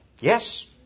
Yes